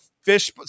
fish